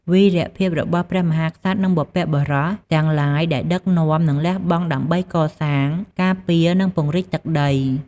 វីរភាពរបស់ព្រះមហាក្សត្រ និងបុព្វបុរស ទាំងឡាយដែលបានដឹកនាំ និងលះបង់ដើម្បីកសាង ការពារ និងពង្រីកទឹកដី។